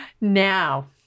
Now